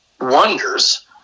wonders